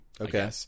Okay